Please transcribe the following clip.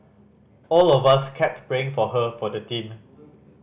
all of us kept praying for her for the team